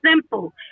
simple